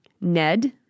Ned